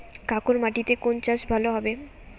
কাঁকর মাটিতে কোন চাষ ভালো হবে?